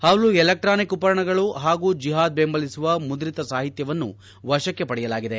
ಹಲವು ಎಲೆಕ್ಸಾನಿಕ್ ಉಪಕರಣಗಳು ಹಾಗೂ ಜಿಹಾದ್ ಬೆಂಬಲಿಸುವ ಮುದ್ರಿತ ಸಾಹಿತ್ಲವನ್ನು ವಶಕ್ಕೆ ಪಡೆಯಲಾಗಿದೆ